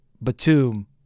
batum